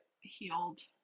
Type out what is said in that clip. healed